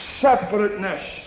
separateness